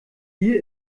hier